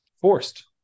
forced